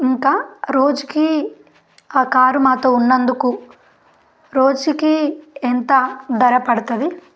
ఇంకా రోజుకి ఆ కారు మాతో ఉన్నందుకు రోజుకి ఎంత ధర పడుతుంది